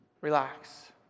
Relax